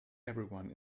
everyone